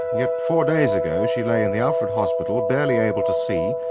yet four days ago, she lay in the alfred hospital barely able to see,